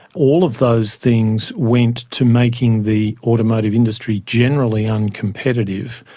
all of those things went to making the automotive industry generally uncompetitive.